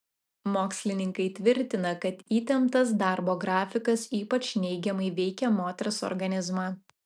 mokslininkai tvirtina kad įtemptas darbo grafikas ypač neigiamai veikia moters organizmą